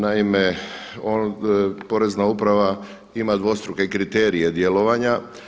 Naime, porezna uprava ima dvostruke kriterije djelovanja.